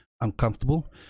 uncomfortable